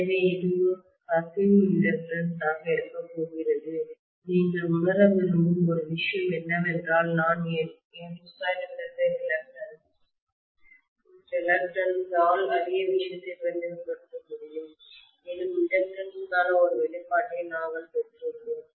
எனவே இது கசிவு இண்டக்டன்ஸ் ஆக இருக்கப்போகிறது நீங்கள் உணர விரும்பும் ஒரு விஷயம் என்னவென்றால் நான் N2Reluctance ரிலக்டன்ஸ் ஆல் அதே விஷயத்தை பிரதிநிதித்துவப்படுத்த முடியும் மேலும் இண்டக்டன்ஸ்க்கான ஒரு வெளிப்பாட்டை நாங்கள் பெற்றுள்ளோம்